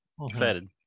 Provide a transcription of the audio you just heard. Excited